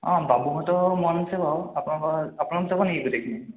অঁ বাবুহঁতৰ মন আছে বাৰু আপোনালোকৰ আপোনালোক যাব নেকি গোটেইখিনি